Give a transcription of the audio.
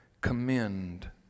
commend